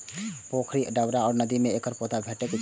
पोखरि, डबरा आ नदी मे एकर पौधा भेटै छैक